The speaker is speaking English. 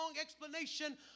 explanation